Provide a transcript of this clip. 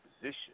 position